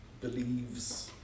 believes